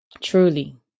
truly